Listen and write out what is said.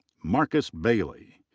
markus bailey.